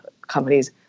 companies